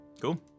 cool